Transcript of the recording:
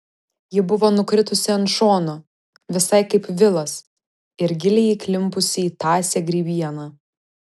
ji buvo nukritusi ant šono visai kaip vilas ir giliai įklimpusi į tąsią grybieną